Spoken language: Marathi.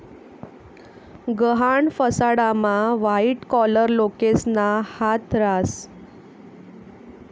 गहाण फसाडामा व्हाईट कॉलर लोकेसना हात रास